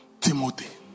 Timothy